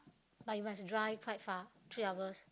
like you must drive quite far three hours